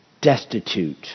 destitute